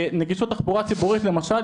נגישות תחבורה ציבורית למשל,